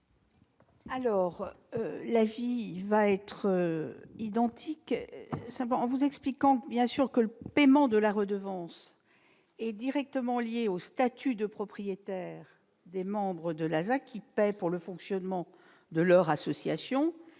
Gouvernement est identique. Je veux vous expliquer que le paiement de la redevance est directement lié au statut de propriétaire des membres de l'ASA, qui paient pour le fonctionnement de leur association.